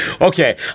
Okay